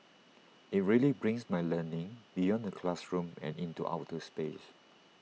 IT really brings my learning beyond the classroom and into outer space